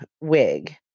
wig